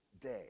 day